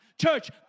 Church